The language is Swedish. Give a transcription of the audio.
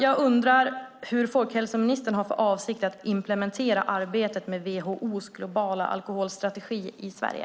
Jag undrar hur folkhälsoministern har för avsikt att implementera arbetet med WHO:s globala alkoholstrategi i Sverige.